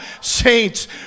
saints